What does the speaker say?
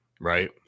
right